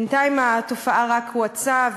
בינתיים התופעה רק הואצה,